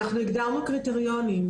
אנחנו הגדרנו קריטריונים,